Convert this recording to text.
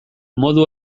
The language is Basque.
modu